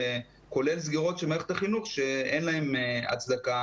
כולל סגירות של מערכת החינוך שאין להן הצדקה